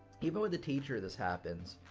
even with a teacher this happens.